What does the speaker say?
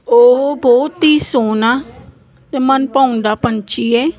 ਉਹ ਬਹੁਤ ਹੀ ਸੋਹਣਾ ਅਤੇ ਮਨ ਭਾਉਂਦਾ ਪੰਛੀ ਹੈ